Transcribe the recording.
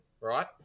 right